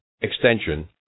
extension